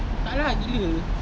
tak ah gila